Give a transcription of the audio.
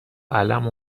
عَلَم